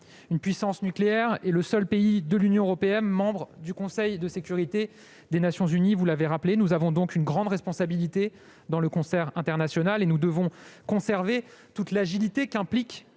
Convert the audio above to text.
une puissance nucléaire et le seul pays de l'Union européenne membre du Conseil de sécurité des Nations unies. Elle a donc une grande responsabilité dans le concert international et doit conserver toute l'agilité qu'implique